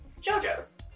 JoJo's